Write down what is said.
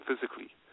physically